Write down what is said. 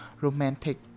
romantic